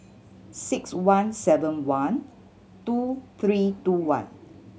six one seven one two three two one